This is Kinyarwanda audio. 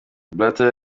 blatter